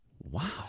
Wow